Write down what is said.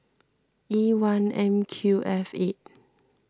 E one M Q F eight